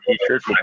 teachers